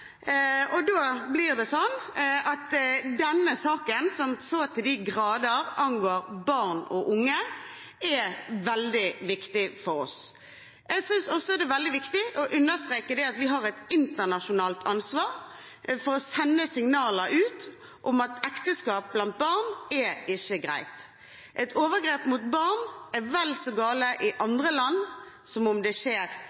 og da blir det sånn at denne saken, som så til de grader angår barn og unge, er veldig viktig for oss. Jeg synes også det er veldig viktig å understreke at vi har et internasjonalt ansvar for å sende et signal om at ekteskap blant barn ikke er greit. Et overgrep mot barn er vel så galt i